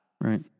Right